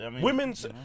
Women's